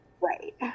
Right